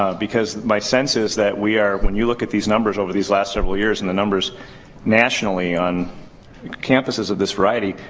ah because my sense is that we are, when you look at these numbers over these last several years and the numbers nationally on campuses of this variety,